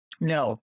No